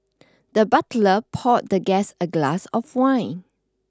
the butler poured the guest a glass of wine